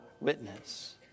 witness